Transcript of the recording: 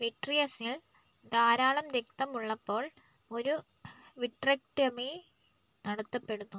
വിട്രിയസിൽ ധാരാളം രക്തം ഉള്ളപ്പോൾ ഒരു വിട്രെക്ടമി നടത്തപ്പെടുന്നു